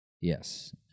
Yes